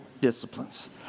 disciplines